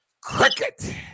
cricket